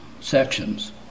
sections